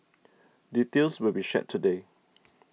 details will be shared today